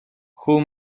хүү